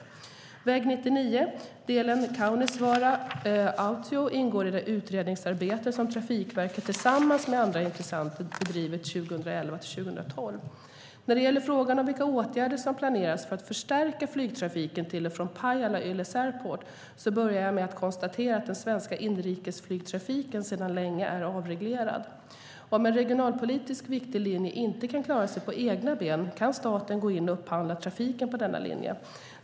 Väg 99, delen Kaunisvaara-Autio, ingår i det utredningsarbete som Trafikverket tillsammans med andra intressenter bedrivit 2011-2012. När det gäller frågan om vilka åtgärder som planeras för att förstärka flygtrafiken till och från Pajala-Ylläs airport börjar jag med att konstatera att den svenska inrikes flygtrafiken sedan länge är avreglerad. Om en regionalpolitiskt viktig linje inte kan klara sig på egna ben kan staten gå in och upphandla trafiken på den linjen.